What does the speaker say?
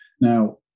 Now